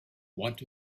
what